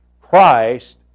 Christ